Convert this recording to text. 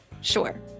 Sure